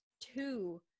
two